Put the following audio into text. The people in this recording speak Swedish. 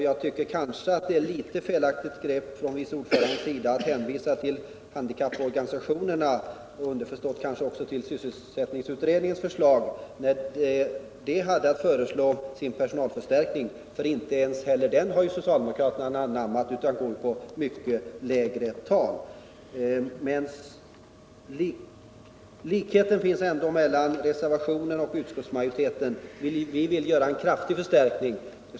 Jag tycker att det är ett något felaktigt grepp när vice ordföranden hänvisar till handikapporganisationerna — och underförstått kanske också till sysselsättningsutredningen, när den hade att föreslå sin personalförstärkning. Inte heller den har ju socialdemokraterna anammat, utan de förordar mycket lägre tal. Men likheten finns ändå mellan reservationen och utskottsmajoritetens förslag. Vi vill göra en kraftig förstärkning.